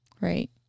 Right